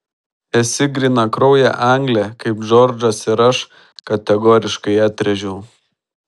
esi grynakraujė anglė kaip džordžas ir aš kategoriškai atrėžiau